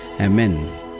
Amen